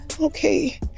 okay